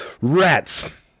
rats